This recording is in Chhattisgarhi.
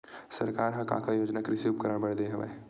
सरकार ह का का योजना कृषि उपकरण बर दे हवय?